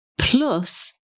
plus